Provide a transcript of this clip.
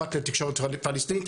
במאבק לתקשורת פלסטינית,